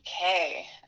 Okay